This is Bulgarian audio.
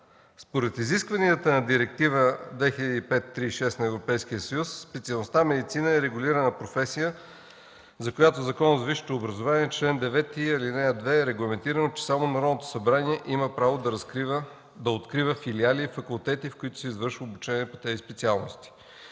Според изискванията на Директива 2005/36 на Европейския съюз, специалността „Медицина” е регулирана професия, за която в Закона за висшето образование, чл. 9, ал. 2 е регламентирано, че само Народното събрание има право да открива филиали и факултети, в които се извършва обучение по тези специалности.